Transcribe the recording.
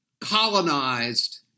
colonized